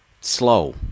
slow